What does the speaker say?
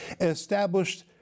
established